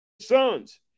sons